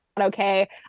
okay